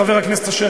חבר הכנסת אשר,